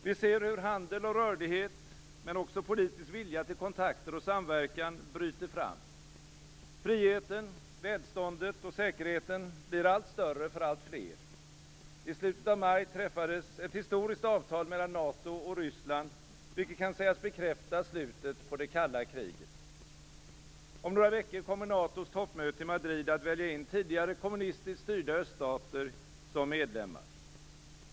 Vi ser hur handel och rörlighet, men också politisk vilja till kontakter och samverkan, bryter fram. Friheten, välståndet och säkerheten blir allt större för alltfler. I slutet av maj träffades ett historiskt avtal mellan NATO och Ryssland, vilket kan sägas bekräfta slutet på det kalla kriget. Om några veckor kommer man vid NATO:s toppmöte i Madrid att välja in tidigare kommunistiskt styrda öststater som medlemmar.